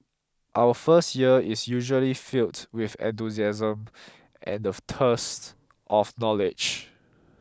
our first year is usually filled with enthusiasm and the thirst of knowledge